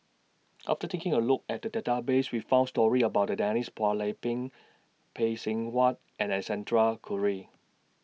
after taking A Look At The Database We found stories about Denise Phua Lay Peng Phay Seng Whatt and Alexander Guthrie